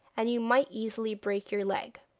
and you might easily break your leg